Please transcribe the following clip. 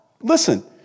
listen